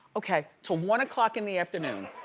okay. till one o'clock in the afternoon.